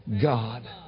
God